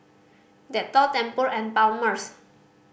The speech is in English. Dettol Tempur and Palmer's